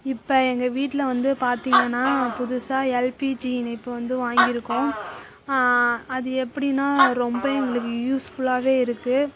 இப்போ எங்க வீட்டில் வந்து பார்த்திங்கன்னா புதுசாக எல்பிஜி இணைப்பு வந்து வாங்கியிருக்கோம் அது எப்படின்னா ரொம்ப எங்களுக்கு யூஸ்ஃபுல்லாகவே இருக்குது